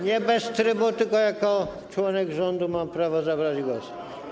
Nie bez trybu, tylko jako członek rządu mam prawo zabrać głos.